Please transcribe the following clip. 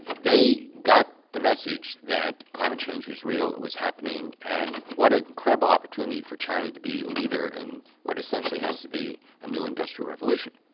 they got the message that climate change is real, it was happening, and what an incredible opportunity for china to be the leader in what essentially has to be a new industrial revolution,